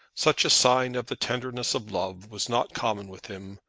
such a sign of the tenderness of love was not common with him,